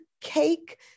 cake